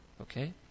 Okay